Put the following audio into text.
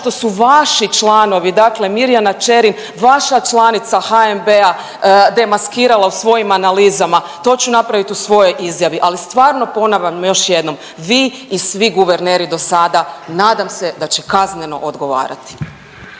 što su vaši članovi, dakle Mirjana Čerin vaša članica HNB-a demaskirala u svojim analizama. To su napraviti u svojoj izjavi, ali stvarno ponavljam još jednom. Vi i svi guverneri dosada nadam se da će kazneno odgovarati.